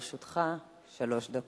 הכנסת אורבך, לרשותך שלוש דקות.